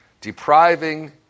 depriving